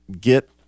get